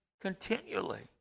continually